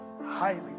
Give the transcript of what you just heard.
highly